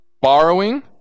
borrowing